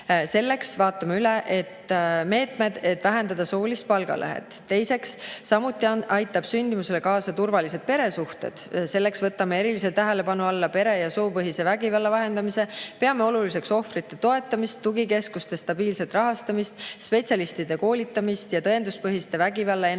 Selleks vaatame üle meetmed, et vähendada soolist palgalõhet. Teiseks, samuti aitavad sündimusele kaasa turvalised peresuhted. Me võtame erilise tähelepanu alla pere‑ ja soopõhise vägivalla vähendamise. Peame oluliseks ohvrite toetamist, tugikeskuste stabiilset rahastamist, spetsialistide koolitamist ja tõenduspõhiste vägivallaennetusprogrammide